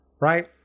Right